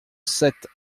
sept